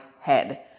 head